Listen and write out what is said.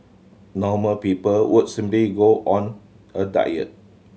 normal people would simply go on a diet